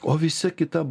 o visa kita